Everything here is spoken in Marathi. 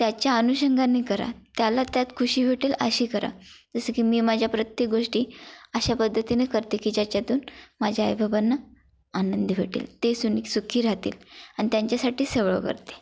त्याच्या अनुषंगाने करा त्याला त्यात खुशी भेटेल अशी करा जसं की मी माझ्या प्रत्येक गोष्टी अशा पद्धतीने करते की ज्याच्यातून माझ्या आई बाबांना आनंद भेटेल ते सुनी सुखी राहतील आणि त्यांच्यासाठीच सगळं करते